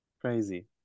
crazy